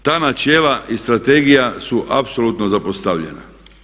E ta načela i strategija su apsolutno zapostavljena.